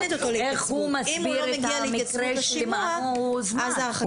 אם הוא לא מגיע להתייצבות בשימוע אז ההרחקה.